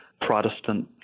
Protestant